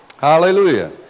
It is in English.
Hallelujah